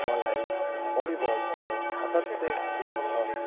मलाई भलिभलसँग अत्यन्तै प्रेम छ